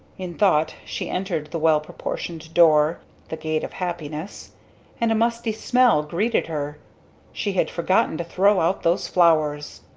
in thought she entered the well-proportioned door the gate of happiness and a musty smell greeted her she had forgotten to throw out those flowers!